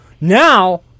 Now